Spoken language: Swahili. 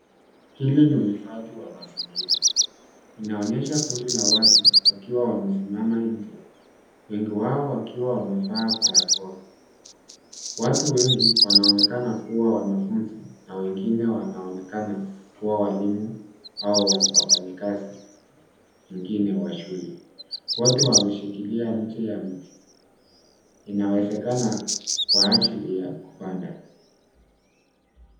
Hili ni uhifadhi wa mazingira. Inaonyesha kundi la watu wakiwa wamesimama nje wengi wao wakiwa wamevaa barakoa. Watu wengi wanaonekana kuwa wanafunzi na wengine wanaonekana kuwa walimu au wafanyikazi wengine wa shule. Wote wameshikilia mche ya mti inawezekana kwa ajili ya kupanda.